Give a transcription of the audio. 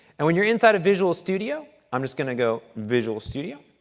and when you're inside of visual studio, i'm just going to go visual studio.